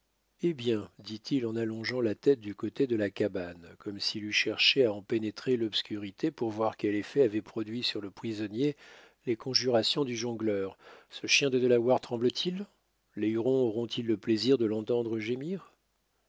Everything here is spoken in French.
eh bien dit-il en allongeant la tête du côté de la cabane comme s'il eût cherché à en pénétrer l'obscurité pour voir quel effet avaient produit sur le prisonnier les conjurations du jongleur ce chien de delaware tremble t il les hurons auront-ils le plaisir de l'entendre gémir